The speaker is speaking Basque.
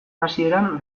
hasieran